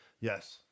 Yes